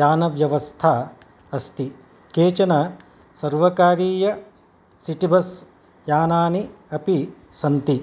यानव्यवस्था अस्ति केचन सर्वकारीयसिटिबस् यानानि अपि सन्ति